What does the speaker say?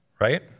right